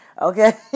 Okay